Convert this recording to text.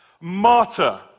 martyr